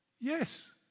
yes